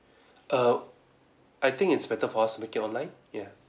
err I think it's better for us to make it online ya